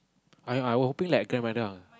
I I I would bring like grandmother